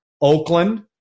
Oakland